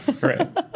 right